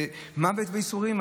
זה מוות בייסורים.